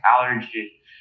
allergy